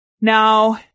Now